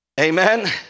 Amen